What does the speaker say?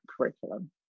curriculum